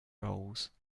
roles